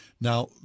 Now